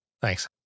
Thanks